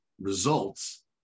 results